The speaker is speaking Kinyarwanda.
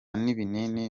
n’ibinini